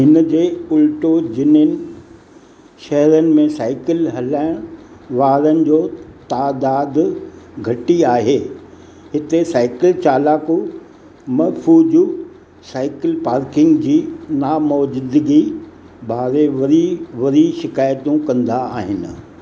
हिन जे उल्टो जिन्हनि शहरनि में साइकिल हलाइण वारनि जो तइदादु घटी आहे हुते साइकिल चालकु मफ़ूज साइकिल पार्किंग जी नामौजूदगी बारे वरी वरी शिकायतूं कंदा आहिनि